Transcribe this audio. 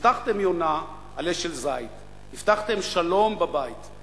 "הבטחתם יונה,/ עלה של זית/ הבטחתם שלום בבית/